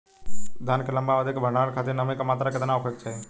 धान के लंबा अवधि क भंडारण खातिर नमी क मात्रा केतना होके के चाही?